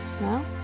No